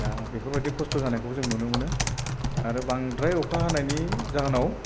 दा बेफोरबायदि खस्त' जानायखौबो जों नुनो मोनो आरो बांद्राय अखा हानायनि जाहोनाव